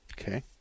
Okay